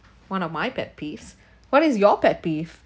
one of my pet peeves what is your pet peeve